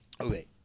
Okay